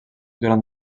durant